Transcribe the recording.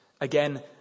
Again